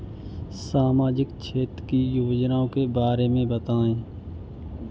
सामाजिक क्षेत्र की योजनाओं के बारे में बताएँ?